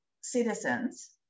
citizens